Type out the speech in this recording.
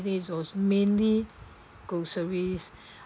this was mainly groceries